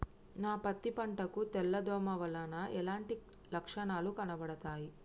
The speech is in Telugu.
నా పత్తి పంట కు తెల్ల దోమ వలన ఎలాంటి లక్షణాలు కనబడుతాయి?